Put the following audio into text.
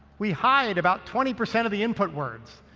we hired about twenty percent of the input words.